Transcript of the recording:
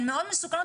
הן מאוד מסוכנות,